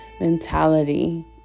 mentality